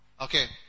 Okay